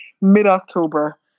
mid-October